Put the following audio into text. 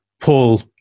Paul